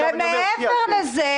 ומעבר לזה,